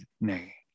nay